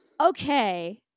okay